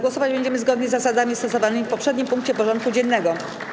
Głosować będziemy zgodnie z zasadami stosowanymi w poprzednim punkcie porządku dziennego.